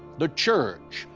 the church,